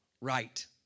right